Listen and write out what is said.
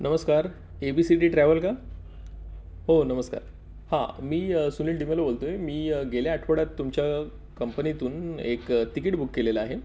नमस्कार A B C D travel का हो नमस्कार हां मी सुनील डिमेलो बोलतो आहे मी गेल्या आठवड्यात तुमच्या कंपनीतून एक तिकीट बुक केलेलं आहे